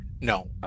No